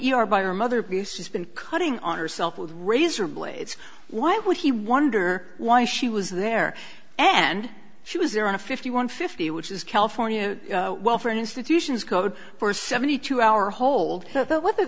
e r by her mother abuse has been cutting herself with razor blades why would he wonder why she was there and she was there on a fifty one fifty which is california welfare and institutions code for seventy two hour hold but whether